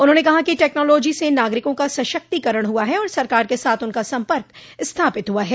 उन्होंने कहा कि टैक्नोलॉजी से नागरिकों का सशक्तिकरण हुआ है और सरकार के साथ उनका संपर्क स्थापित हुआ है